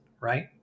right